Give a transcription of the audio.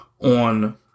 on